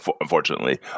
unfortunately